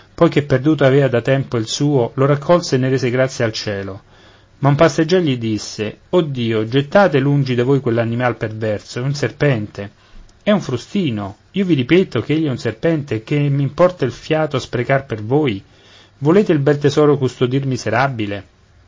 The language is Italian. poi che perduto avea da tempo il suo lo raccolse e ne rese grazie al cielo ma un passeggier gli disse o dio gettate lungi da voi quell'animal perverso è un serpente è un frustino io vi ripeto ch'egli è un serpente e che m'importa il fiato sprecar per voi volete il bel tesoro custodir miserabile